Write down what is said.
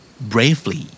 Bravely